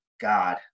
god